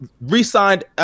re-signed